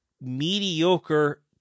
mediocre